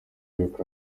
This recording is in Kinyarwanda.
yuko